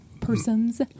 persons